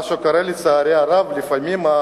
מה שקורה, לצערי הרב, לפעמים,